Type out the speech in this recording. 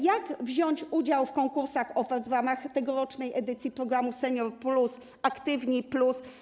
Jak wziąć udział w konkursach ofert w ramach tegorocznych edycji programów „Senior+” i „Aktywni+”